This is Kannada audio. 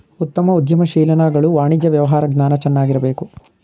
ಉತ್ತಮ ಉದ್ಯಮಶೀಲನಾಗಲು ವಾಣಿಜ್ಯ ವ್ಯವಹಾರ ಜ್ಞಾನ ಚೆನ್ನಾಗಿರಬೇಕು